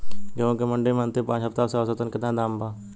गेंहू के मंडी मे अंतिम पाँच हफ्ता से औसतन केतना दाम बा?